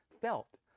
felt